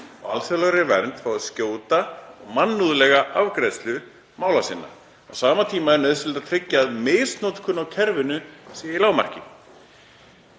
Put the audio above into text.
alþjóðlegri vernd fái skjóta og mannúðlega afgreiðslu mála sinna. Á sama tíma er nauðsynlegt að tryggja að misnotkun á kerfinu sé í lágmarki.“